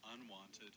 unwanted